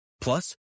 Plus